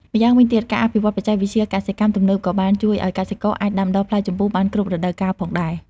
ម្យ៉ាងវិញទៀត ការអភិវឌ្ឍន៍បច្ចេកវិទ្យាកសិកម្មទំនើបក៏បានជួយឱ្យកសិករអាចដាំដុះផ្លែជម្ពូបានគ្រប់រដូវកាលផងដែរ។